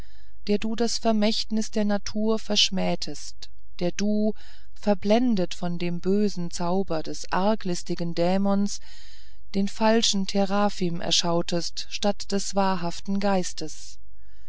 der du das verständnis der natur verschmähtest der du verblendet von dem bösen zauber des arglistigen dämons den falschen teraphim erschautest statt des wahrhaften geistes